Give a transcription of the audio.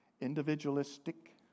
individualistic